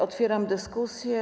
Otwieram dyskusję.